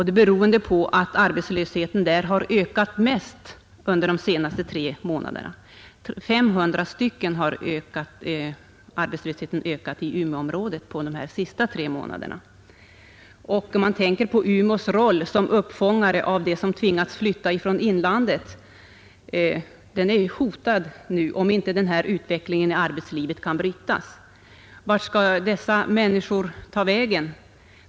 Det beror på att arbetslösheten där har ökat mest under de senaste tre månaderna, närmare bestämt med 500 personer. Umeås roll såsom uppfångare av dem som tvingas flytta från inlandet är nu hotad, om inte den här utvecklingen i arbetslivet kan brytas. Vart skall dessa människor ta vägen?